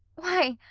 why,